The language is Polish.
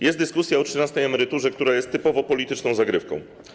Jest dyskusja o trzynastej emeryturze, która jest typowo polityczną zagrywką.